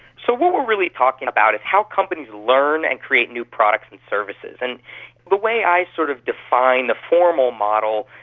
so what we're really talking about is how companies learn and create new products and services. and the way i sort of define the formal model,